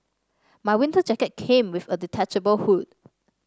my winter jacket came with a detachable hood